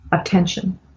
attention